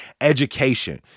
education